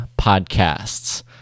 podcasts